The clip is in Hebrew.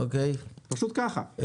פשוט ככה.